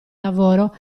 lavoro